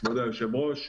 כבוד היושב-ראש.